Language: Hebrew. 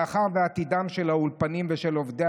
מאחר שעתידם של האולפנים ושל עובדי